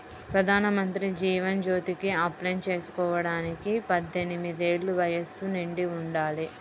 ప్రధానమంత్రి జీవన్ జ్యోతికి అప్లై చేసుకోడానికి పద్దెనిది ఏళ్ళు వయస్సు నిండి ఉండాలి